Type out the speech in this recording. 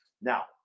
now